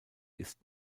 ist